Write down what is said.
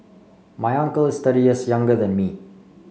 my uncle is thirty years younger than me